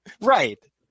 right